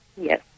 Yes